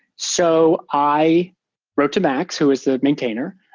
so i wrote to max, who is the maintainer,